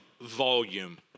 volume